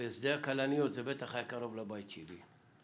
ושדה הכלניות זה בטח היה קרוב לבית שלי,